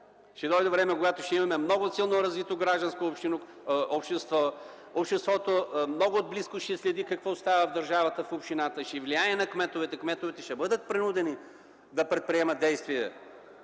ще дойде време, когато ще имаме много силно развито гражданско общество, обществото много отблизко ще следи какво става в държавата, в общината, ще влияе на кметовете, кметовете ще бъдат принудени да предприемат действия,